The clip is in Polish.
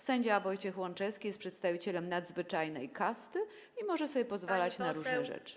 Sędzia Wojciech Łączewski jest przedstawicielem nadzwyczajnej kasty i może sobie pozwalać na różne rzeczy?